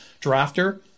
drafter